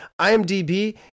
IMDB